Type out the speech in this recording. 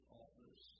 offers